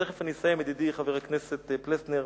תיכף אני אסיים, ידידי חבר הכנסת פלסנר,